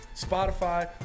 Spotify